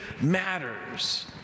matters